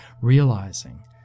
realizing